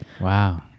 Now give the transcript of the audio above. wow